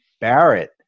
Barrett